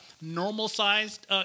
normal-sized